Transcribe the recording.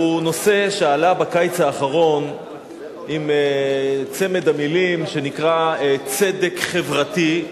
הוא נושא שעלה בקיץ האחרון עם צמד המלים שנקרא "צדק חברתי".